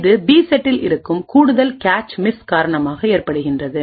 இது பிசெட்டில் இருக்கும் கூடுதல் கேச் மிஸ் காரணமாக ஏற்படுகின்றது